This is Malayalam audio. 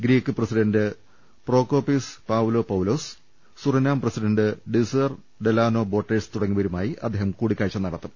Greek president Prokopis Pavlopoulos Suriname president Desi Delano Bouterse തുടങ്ങി യവരുമായി അദ്ദേഹം കൂടിക്കാഴ്ച നടത്തും